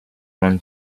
non